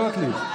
גוטליב,